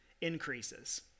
increases